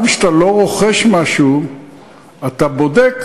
גם כשאתה לא רוכש משהו אתה בודק,